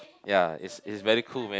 ya is is very cool man